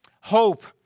hope